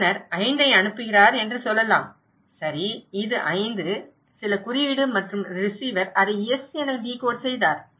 அனுப்புநர் 5 ஐ அனுப்புகிறார் என்று சொல்லலாம் சரி இது 5 சில குறியீடு மற்றும் ரிசீவர் அதை எஸ் என டிகோட் செய்தார்